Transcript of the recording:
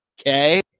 okay